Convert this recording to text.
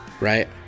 Right